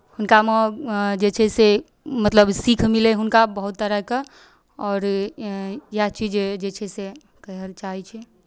हुनकामे जे छै से मतलब सीख मिलै हुनका बहुत तरहके आओर इएह चीज जे छै से कहय लेल चाहै छी